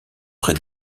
près